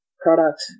product